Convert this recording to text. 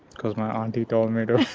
because my auntie told me to